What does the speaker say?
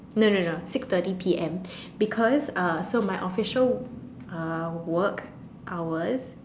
no no no six thirty P_M because uh so my official uh work hours